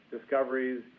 discoveries